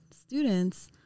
students